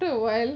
after while